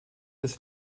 ist